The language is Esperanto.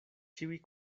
ĉiuj